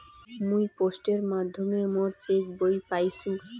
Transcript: মুই পোস্টের মাধ্যমে মোর চেক বই পাইসু